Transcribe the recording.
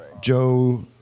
Joe